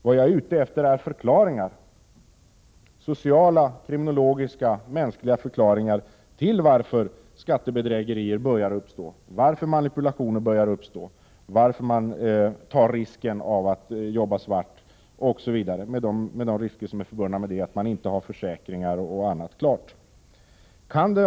Vad jag är ute efter är förklaringar — sociala, kriminologiska och mänskliga förklaringar till varför skattebedrägerier och manipulationer börjar uppstå, förklaringar till att man tar risken att jobba svart osv., dvs. den risk som är förbunden med att man inte har försäkringar och annat klart.